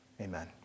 Amen